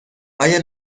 آیا